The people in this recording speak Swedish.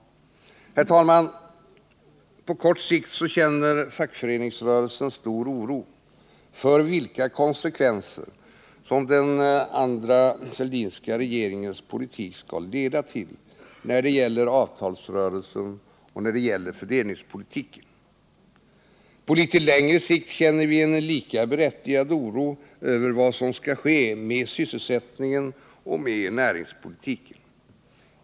Herr talman! På kort sikt känner fackföreningsrörelsen stor oro för vilka konsekvenser den andra Fälldinska regeringens politik skall leda till när det gäller avtalsrörelsen och fördelningspolitiken. På litet längre sikt känner vi en lika berättigad oro över vad som skall ske med sysselsättningen och näringspolitiken.